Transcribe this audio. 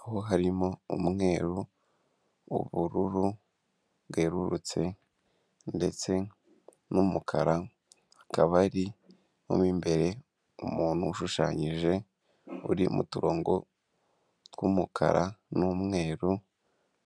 aho harimo umweru, ubururu bwerurutse ndetse n'umukara, akaba arimo mo imbere umuntu ushushanyije uri mu turongo tw'umukara n'umweru,,,